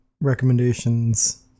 recommendations